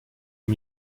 aux